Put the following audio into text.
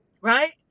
Right